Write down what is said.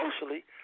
socially